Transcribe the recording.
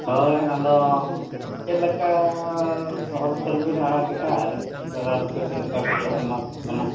ᱦᱚᱭ ᱟᱫᱚ ᱪᱮᱫᱞᱮᱠᱟᱻ ᱦᱳᱞᱥᱮᱹᱞᱵᱤᱱ ᱟᱲᱟᱜᱮᱫᱼᱟ ᱟᱨ ᱛᱚᱫᱟᱨᱚᱠᱤ ᱪᱮᱫᱞᱮᱠᱟᱵᱮᱱ ᱮᱢᱟᱠᱚ ᱠᱟᱱᱟ